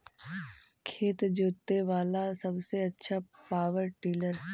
खेत जोते बाला सबसे आछा पॉवर टिलर?